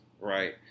right